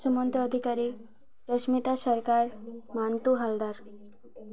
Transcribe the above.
Sumanta Adhikari Rashmita Sarkar Mantu Haldar